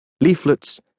leaflets